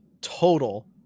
total